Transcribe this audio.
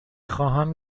خواهم